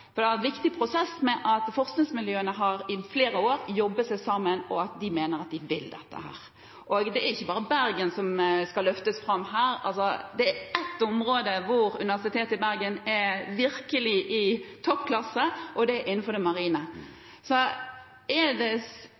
en viktig prosess med at forskningsmiljøene i flere år har jobbet seg sammen, og at de mener at de vil dette. Det er ikke bare Bergen som skal løftes fram her, men det er ett område hvor Universitetet i Bergen virkelig er i toppklasse, og det er innenfor det marine. Ser ministeren at det